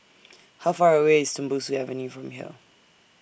How Far away IS Tembusu Avenue from here